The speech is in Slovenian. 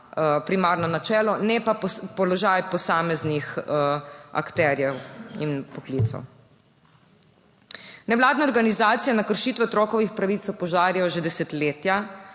primarno načelo, ne pa položaj posameznih akterjev in poklicev. Nevladne organizacije na kršitve otrokovih pravic opozarjajo že desetletja,